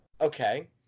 Okay